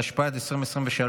התשפ"ד 2023,